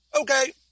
okay